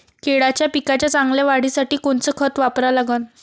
केळाच्या पिकाच्या चांगल्या वाढीसाठी कोनचं खत वापरा लागन?